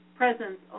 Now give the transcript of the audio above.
presence